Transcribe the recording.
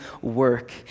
work